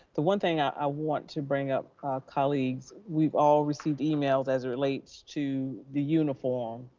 the one thing i want to bring up colleagues, we've all received emails as it relates to the uniform.